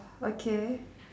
okay